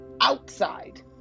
outside